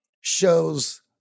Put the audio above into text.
shows